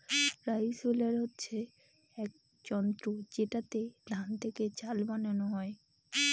rice huller হচ্ছে এক যন্ত্র যেটাতে ধান থেকে চাল বানানো হয়